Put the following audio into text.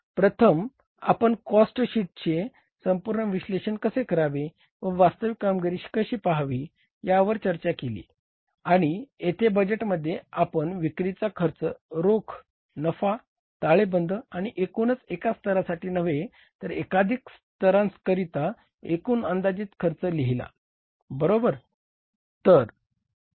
प्रथम आपण कॉस्ट शीटचे संपूर्ण विश्लेषण कसे करावे व वास्तविक कामगिरी कशी पहावी यावरचर्चा केली आणि येथे बजेटमध्ये आपण विक्रीचा खर्च रोख नफा ताळेबंद आणि एकूणच एका स्तरासाठी नव्हे तर एकाधिक स्तरांकरिता एकूण अंदाजित खर्च लिहिला बरोबर